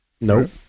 Nope